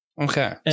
Okay